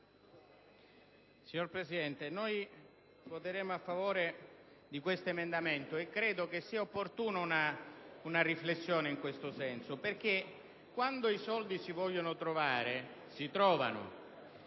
Signor Presidente, noi voteremo a favore di questo emendamento e credo che sia opportuna una riflessione in questo senso, perché quando si vuole le risorse si trovano.